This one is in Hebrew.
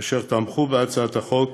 אשר תמכו בהצעת החוק,